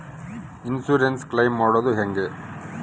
Insurance claim ಮಾಡದು ಹೆಂಗೆ?